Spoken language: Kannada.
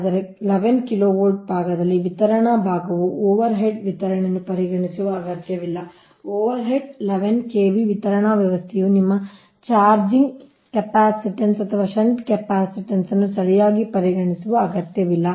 ಆದರೆ 11 KV ಭಾಗದಲ್ಲಿ ವಿತರಣಾ ಭಾಗವು ಓವರ್ಹೆಡ್ ವಿತರಣೆಯನ್ನು ಪರಿಗಣಿಸುವ ಅಗತ್ಯವಿಲ್ಲ ಓವರ್ಹೆಡ್ 11 ಕೆವಿ ವಿತರಣಾ ವ್ಯವಸ್ಥೆಯು ನಿಮ್ಮ ಚಾರ್ಜಿಂಗ್ ಕೆಪಾಸಿಟನ್ಸ್ ಅಥವಾ ಷಂಟ್ ಕೆಪಾಸಿಟನ್ಸ್ ಅನ್ನು ಸರಿಯಾಗಿ ಪರಿಗಣಿಸುವ ಅಗತ್ಯವಿಲ್ಲ